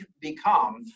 become